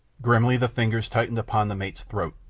grimly the fingers tightened upon the mate's throat.